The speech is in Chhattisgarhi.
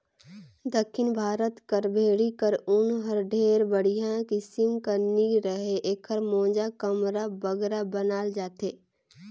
दक्खिन भारत कर भेंड़ी कर ऊन हर ढेर बड़िहा किसिम कर नी रहें एकर मोजा, कमरा बगरा बनाल जाथे